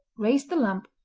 raised the lamp,